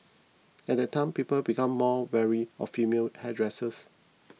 at that time people became more wary of female hairdressers